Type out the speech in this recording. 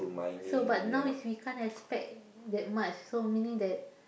so but now is we can't expect that much so meaning that